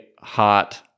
hot